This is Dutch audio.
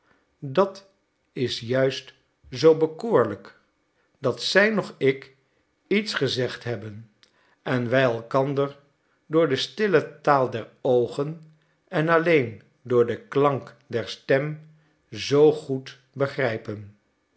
dat is juist zoo bekoorlijk dat zij noch ik iets gezegd hebben en wij elkander door de stille taal der oogen en alleen door den klank der stem zoo goed begrijpen